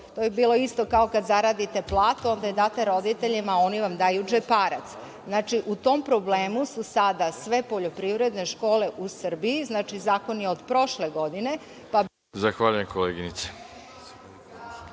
To je bilo isto, kao kad zaradite platu, onda je date roditeljima, a oni vam daju džeparac. U tom problemu su sada sve poljoprivredne škole u Srbiji, znači zakon je od prošle godine…(Isključen